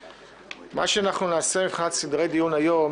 מה שאנחנו נעשה מבחינת סדרי הדיון היום